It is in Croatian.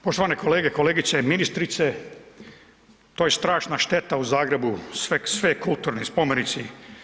Poštovane kolege, kolegice i ministrice, to je strašna šteta u Zagrebu, sve, sve je kulturni spomenici.